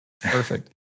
Perfect